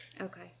Okay